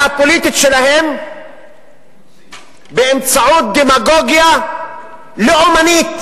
הפוליטית שלהם באמצעות דמגוגיה לאומנית